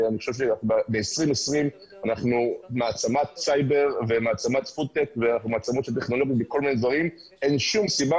ב-2020 אנחנו מעצמת סייבר ומעצמת פודטק ואין שום סיבה